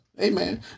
Amen